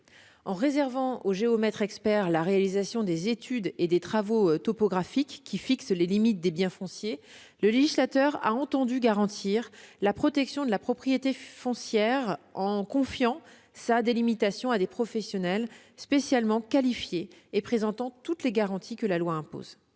En réservant aux géomètres-experts la réalisation des études et des travaux topographiques qui fixent les limites des biens fonciers, le législateur a entendu garantir la protection de la propriété foncière, en confiant sa délimitation à des professionnels spécialement qualifiés et présentant toutes les garanties que la loi impose.